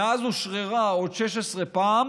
מאז אושררה עוד 16 פעם